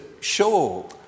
show